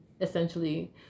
essentially